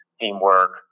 teamwork